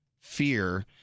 fear